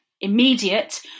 immediate